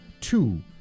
two